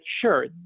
sure